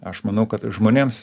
aš manau kad žmonėms